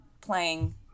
playing